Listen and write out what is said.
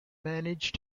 manage